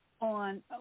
on